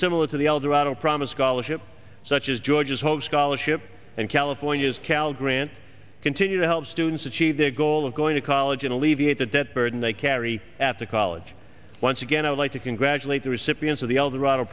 similar to the eldorado promise scholarship such as georgia's hope scholarship and california's cal grant continue to help students achieve their goal of going to college and alleviate the debt burden they carry at the college once again i would like to congratulate the recipients of the eldorado